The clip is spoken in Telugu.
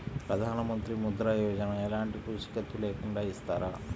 ప్రధానమంత్రి ముద్ర యోజన ఎలాంటి పూసికత్తు లేకుండా ఇస్తారా?